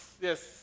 yes